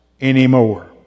anymore